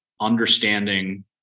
understanding